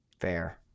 Fair